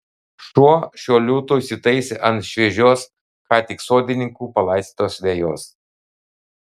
šuo šiuo liūtu įsitaisė ant šviežios ką tik sodininkų palaistytos vejos